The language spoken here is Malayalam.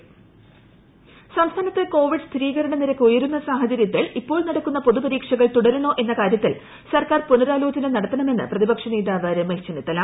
രമേശ് ചെന്നിത്തല സംസ്ഥാനത്ത് കോവിഡ് സ്ഥിരീകരണ നിരക്ക് ഉയരുന്ന സാഹചരൃത്തിൽ ഇപ്പോൾ നടക്കുന്ന പൊതു പരീക്ഷകൾ തുടരണോ എന്ന കാര്യത്തിൽ സർക്കാർ പുനരാലോചന നടത്തണമെന്ന് പ്രതിപക്ഷ നേതാവ് രമേശ് ചെന്നിത്തല